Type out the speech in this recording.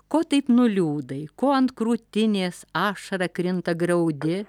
ko taip nuliūdai ko ant krūtinės ašara krinta graudi